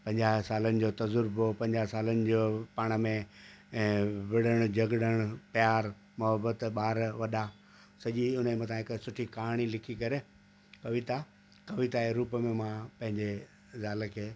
पंजाहु सालनि जो तजुर्बो पंजाहु सालनि जो पाण में ऐं विरण झगिड़ण प्यार महुबत ॿार वॾा सॼी उन जे मथां हिकु सुठी कहाणी लिखी करे कविता कविता जे रूप में मां पंहिंजे ज़ाल खे